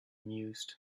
mused